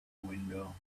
window